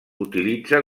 utilitza